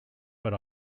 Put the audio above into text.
but